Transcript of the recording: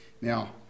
Now